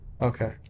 Okay